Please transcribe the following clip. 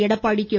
Edappadi K